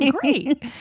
great